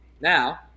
Now